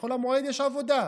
בחול המועד יש עבודה.